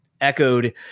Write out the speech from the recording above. echoed